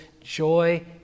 joy